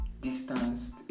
distanced